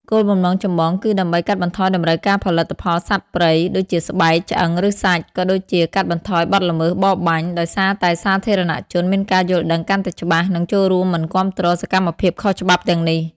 គោលបំណងចម្បងគឺដើម្បី កាត់បន្ថយតម្រូវការផលិតផលសត្វព្រៃ ដូចជាស្បែក ឆ្អឹង ឬសាច់ ក៏ដូចជា កាត់បន្ថយបទល្មើស បរបាញ់ ដោយសារតែសាធារណជនមានការយល់ដឹងកាន់តែច្បាស់ និងចូលរួមមិនគាំទ្រសកម្មភាពខុសច្បាប់ទាំងនេះ។